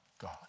God